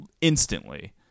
instantly